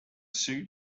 suit